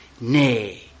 nay